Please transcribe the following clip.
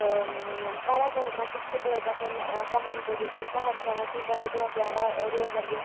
تہٕ برابر مطلب صُبحٲے پٮ۪ٹھ سحرَن بٲگٮ۪ن چھِ أسۍ سحر کھٮ۪وان تَمہِ پَتہٕ چھِ دۄہَس پٮ۪وان روزدَر بِہُن